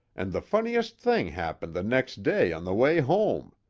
and the funniest thing happened the next day on the way home!